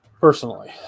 personally